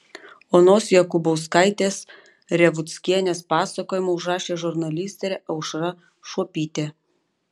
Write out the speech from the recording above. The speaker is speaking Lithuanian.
onos jakubauskaitės revuckienės pasakojimą užrašė žurnalistė aušra šuopytė